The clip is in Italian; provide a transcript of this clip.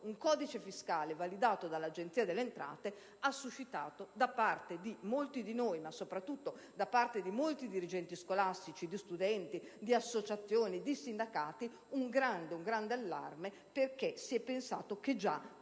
un codice fiscale validato dell'Agenzia delle entrate ha suscitato da parte di molti di noi, e soprattutto da parte di molti dirigenti scolastici, studenti, associazioni e sindacati, grande allarme, perché si è pensato che già